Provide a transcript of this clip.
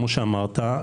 כפי שאמרת,